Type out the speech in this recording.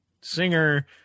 singer